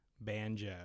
Banjo